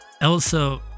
Elsa